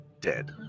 dead